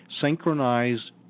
synchronized